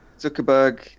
Zuckerberg